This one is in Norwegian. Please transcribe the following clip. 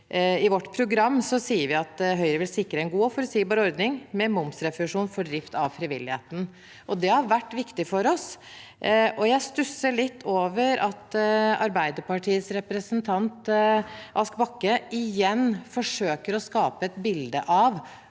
I vårt program sier vi at Høyre vil sikre en god og forutsigbar ordning med momsrefusjon for drift av frivilligheten. Det har vært viktig for oss. Jeg stusser litt over at Arbeiderpartiets representant Ask Bakke igjen forsøker å skape et bilde av